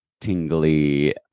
tingly